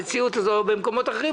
האנשים שלכם על הכיפק,